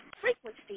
frequency